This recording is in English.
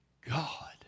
God